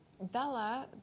Bella